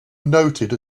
noted